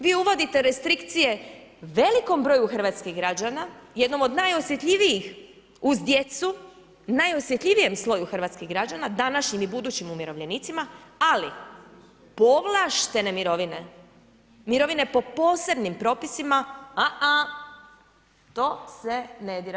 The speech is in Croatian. Vi uvodite restrikcije velikom broju hrvatskih građana, jednom od najosjetljivijih uz djecu, najosjetljivijem sloju hrvatskih građana, današnjim i budućim umirovljenicima, ali povlaštene mirovine, mirovine po posebnim propisima, a-a, to se ne dira.